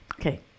Okay